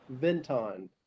Venton